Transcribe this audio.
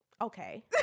Okay